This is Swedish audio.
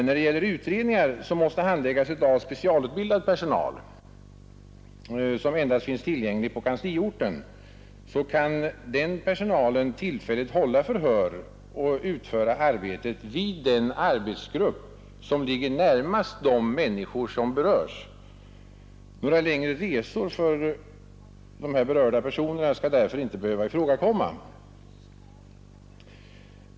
När det gäller utredningar som måste handläggas av specialutbildad personal som endast finns tillgänglig på kansliorten, kan den personalen tillfälligt hålla förhör och utföra arbetet vid den arbetsgrupp som ligger närmast de människor som berörs. Några längre resor för de berörda personerna skall därför inte behöva ifrågakomma.